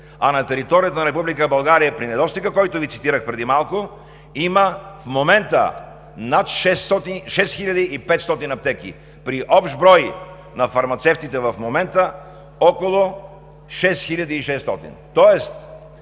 а на територията на Република България при недостига, който Ви цитирах преди малко, в момента има над 6500 аптеки, при общ брой на фармацевтите в момента около 6600.